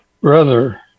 brother